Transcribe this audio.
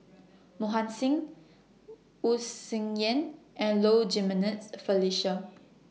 Mohan Singh Wu Tsai Yen and Low Jimenez Felicia